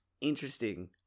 interesting